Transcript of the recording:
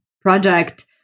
project